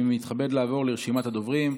אני מתכבד לעבור לרשימת הדוברים.